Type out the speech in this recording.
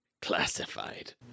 classified